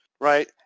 right